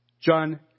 John